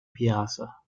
piazza